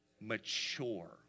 Mature